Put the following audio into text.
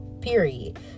period